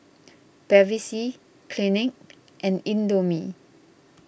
Bevy C Clinique and Indomie